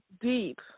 deep